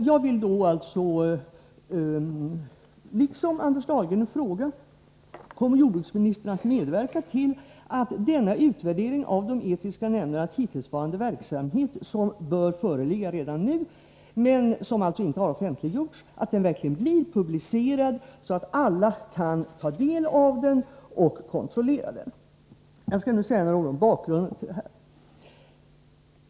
Jag vill därför, liksom Anders Dahlgren, fråga: Kommer jordbruksministern att medverka till att den utvärdering av de etiska nämndernas hittillsvarande verksamhet som bör föreligga redan nu men som alltså inte har offentliggjorts verkligen blir publicerad, så att alla kan ta del av den och kontrollera den? Jag skall nu säga några ord om bakgrunden.